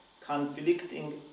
Conflicting